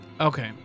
Okay